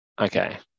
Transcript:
okay